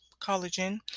collagen